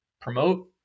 promote